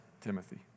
Timothy